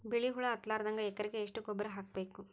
ಬಿಳಿ ಹುಳ ಹತ್ತಲಾರದಂಗ ಎಕರೆಗೆ ಎಷ್ಟು ಗೊಬ್ಬರ ಹಾಕ್ ಬೇಕು?